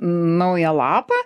naują lapą